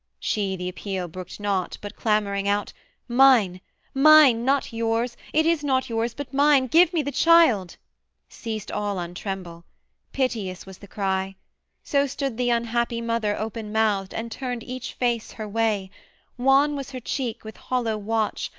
she the appeal brooked not, but clamouring out mine mine not yours, it is not yours, but mine give me the child' ceased all on tremble piteous was the cry so stood the unhappy mother open-mouthed, and turned each face her way wan was her cheek with hollow watch,